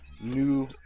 New